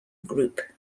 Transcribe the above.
group